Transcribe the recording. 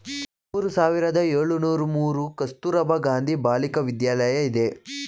ಮೂರು ಸಾವಿರದ ಏಳುನೂರು ಮೂರು ಕಸ್ತೂರಬಾ ಗಾಂಧಿ ಬಾಲಿಕ ವಿದ್ಯಾಲಯ ಇದೆ